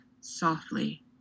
softly